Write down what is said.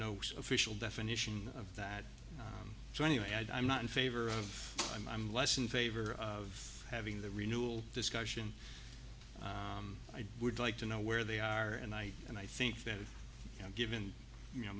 no official definition of that so anyway i'm not in favor of i'm less in favor of having the renewal discussion i would like to know where they are and i and i think that you know given you know